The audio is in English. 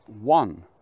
one